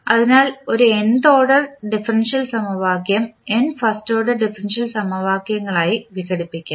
അതിനാൽ ഒരു nth order differential സമവാക്യം n ഫസ്റ്റ് ഓർഡർ ഡിഫറൻഷ്യൽ സമവാക്യങ്ങളായി വിഘടിപ്പിക്കാം